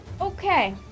Okay